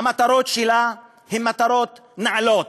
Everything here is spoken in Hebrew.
המטרות שלה הן מטרות נעלות,